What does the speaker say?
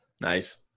Nice